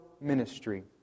ministry